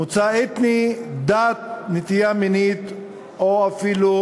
מוצא אתני, דת, נטייה מינית או אפילו